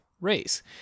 race